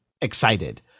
excited